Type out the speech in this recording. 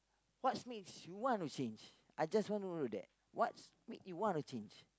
what's makes you wanna change I just want to know of that what's make you wanna change